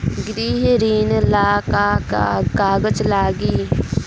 गृह ऋण ला का का कागज लागी?